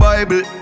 Bible